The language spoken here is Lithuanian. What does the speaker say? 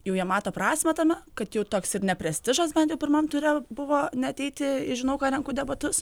jau jie mato prasmę tame kad jau toks ir neprestižas bent jau pirmam ture buvo neateiti žinau ką renku debatus